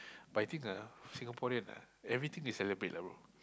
but I think ah Singaporean ah everything they celebrate lah bro